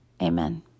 Amen